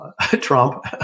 Trump